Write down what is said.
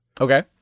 Okay